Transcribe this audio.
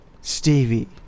Stevie